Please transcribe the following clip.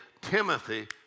Timothy